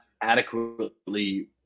adequately